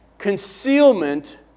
Concealment